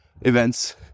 events